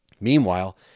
Meanwhile